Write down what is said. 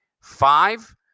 five